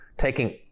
taking